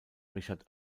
richard